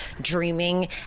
dreaming